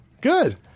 Good